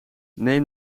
neem